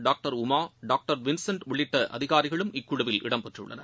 doctor doctor Vincent உள்ளிட்ட அதிகாரிகளும் இக்குழுவில் இடம்பெற்றுள்ளனர்